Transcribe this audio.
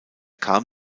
kam